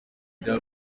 rya